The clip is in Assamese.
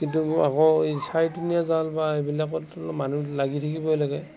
কিন্তু আকৌ এই চাৰিঠেঙীয়া জাল বা এইবিলাকত মানুহ লাগি থাকিব লাগে